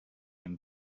him